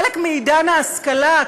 חלק מעידן ההשכלה,